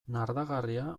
nardagarria